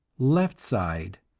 left side